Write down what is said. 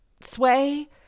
sway